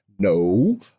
No